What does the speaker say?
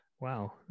Wow